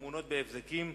תמונות בהבזקים,